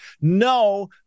No